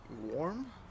warm